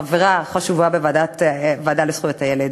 חברה חשובה בוועדה לזכויות הילד.